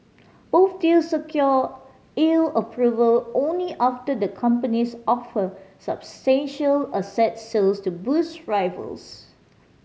both deals secured E U approval only after the companies offered substantial asset sales to boost rivals